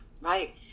right